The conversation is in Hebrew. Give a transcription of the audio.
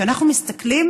כשאנחנו מסתכלים